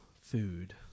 food